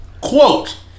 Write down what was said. Quote